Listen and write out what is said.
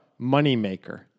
Moneymaker